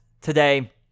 today